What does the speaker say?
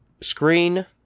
screen